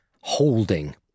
holding